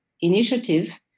Initiative